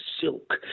silk